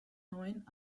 neuen